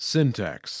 Syntax